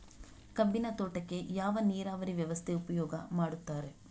ಕಬ್ಬಿನ ತೋಟಕ್ಕೆ ಯಾವ ನೀರಾವರಿ ವ್ಯವಸ್ಥೆ ಉಪಯೋಗ ಮಾಡುತ್ತಾರೆ?